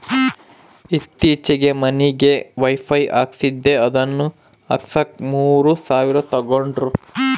ಈತ್ತೀಚೆಗೆ ಮನಿಗೆ ವೈಫೈ ಹಾಕಿಸ್ದೆ ಅದನ್ನ ಹಾಕ್ಸಕ ಮೂರು ಸಾವಿರ ತಂಗಡ್ರು